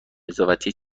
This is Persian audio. نظافتچی